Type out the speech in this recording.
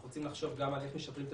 אנחנו צריכים לחשוב גם על איך משפרים את